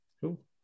cool